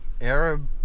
Arab